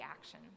action